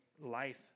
life